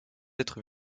être